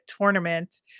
tournament